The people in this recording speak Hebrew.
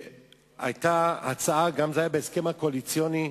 היתה הצעה, זה גם היה בהסכם הקואליציוני,